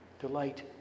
Delight